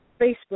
Facebook